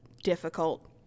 difficult